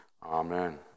Amen